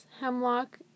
Hemlock